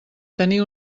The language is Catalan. tenir